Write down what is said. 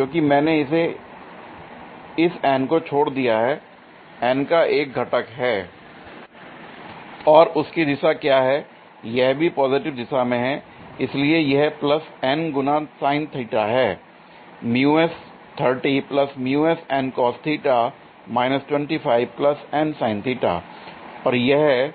क्योंकि मैंने इस N को छोड़ दिया है N का एक घटक है l और उसकी दिशा क्या है यह भी पॉजिटिव दिशा में है l इसलिए यह प्लस N गुना sin θ है l l और यह